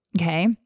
Okay